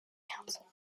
council